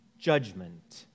judgment